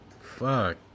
Fuck